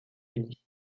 unis